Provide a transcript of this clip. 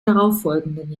darauffolgenden